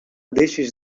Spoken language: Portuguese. destes